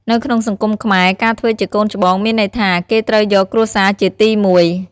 នៅក្នុងសង្គមខ្មែរ ការធ្វើជាកូនច្បងមានន័យថា គេត្រូវយកគ្រួសារជាទីមួយ។